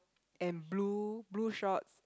and blue blue shorts